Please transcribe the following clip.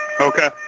Okay